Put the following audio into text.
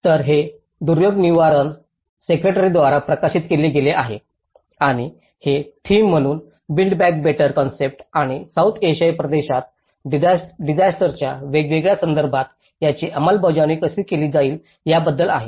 तर हे दुर्योग निवरण सेक्रेटरीत द्वारा प्रकाशित केले गेले आहे आणि हे थीम म्हणून बिल्ड बॅक बेटर कन्सेप्ट आणि सौथ आशियाई प्रदेशात डिसास्टरच्या वेगवेगळ्या संदर्भात याची अंमलबजावणी कशी केली जाईल याबद्दल आहे